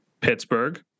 Pittsburgh